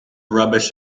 rubbish